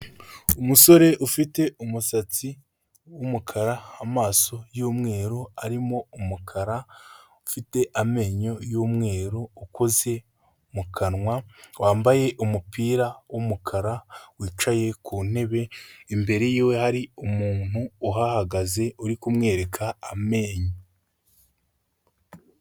Umusore ufite umusatsi w'umukara, amaso y'umweru arimo umukara, ufite amenyo y'umweru, ukoze mu kanwa wambaye umupira w'umukara, wicaye ku ntebe imbere ye hari umuntu uhagaze uri kumwereka amenyo.